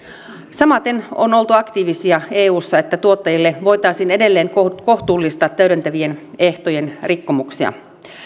samaten on oltu aktiivisia eussa että tuottajille voitaisiin edelleen kohtuullistaa täydentävien ehtojen rikkomuksista